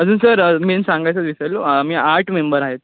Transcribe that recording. अजून sir main सांगायचं विसरलो आम्ही आठ मेंबर आहेत